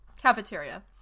cafeteria